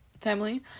family